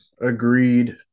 Agreed